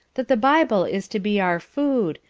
that the bible is to be our food,